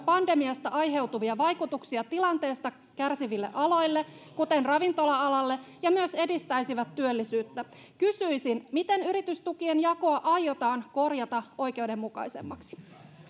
pandemiasta aiheutuvia vaikutuksia tilanteesta kärsiville aloille kuten ravintola alalle ja myös edistäisivät työllisyyttä kysyisin miten yritystukien jakoa aiotaan korjata oikeudenmukaisemmaksi